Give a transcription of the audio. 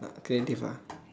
uh creative ah